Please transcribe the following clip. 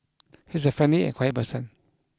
he is a friendly and quiet person